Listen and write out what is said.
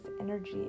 energy